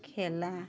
খেলা